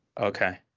Okay